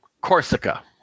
corsica